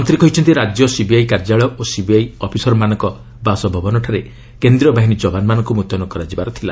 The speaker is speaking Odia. ମନ୍ତ୍ରୀ କହିଛନ୍ତି ରାଜ୍ୟ ସିବିଆଇ କାର୍ଯ୍ୟାଳୟ ଓ ସିବିଆଇ ଅଫିସରମାନଙ୍କ ବାସଭବନଠାରେ କେନ୍ଦ୍ରୀୟ ବାହିନୀ ଯବାନମାନଙ୍କୁ ମୁତ୍ୟନ କରାଯିବାର ଥିଲା